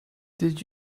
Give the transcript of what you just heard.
did